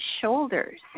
Shoulders